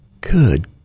good